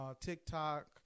TikTok